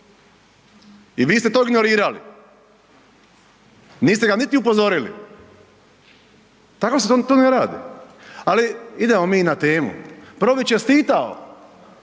I vi ste to ignorirali, niste ga niti ni upozorili. Tako se to ne radi. Ali idemo mi na temu. Prvo bih čestitao